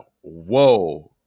Whoa